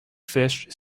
fished